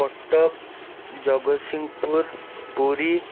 Cuttack Jagatsinghpur Puri